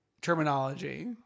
terminology